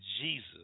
Jesus